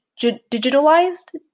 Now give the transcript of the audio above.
digitalized